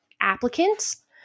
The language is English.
applicants